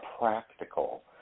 practical